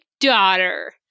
daughter